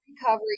recovery